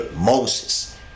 Moses